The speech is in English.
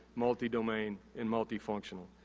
multi-domain, and multi-functional.